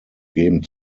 geben